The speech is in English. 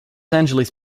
angeles